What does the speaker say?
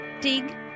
Dig